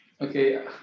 Okay